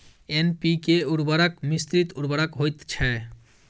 NPK उर्वरक मिश्रित उर्वरक होइत छै